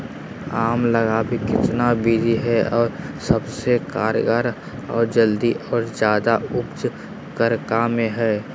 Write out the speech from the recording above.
आम लगावे कितना विधि है, और सबसे कारगर और जल्दी और ज्यादा उपज ककरा में है?